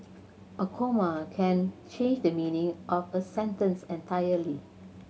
a comma can change the meaning of a sentence entirely